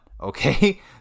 Okay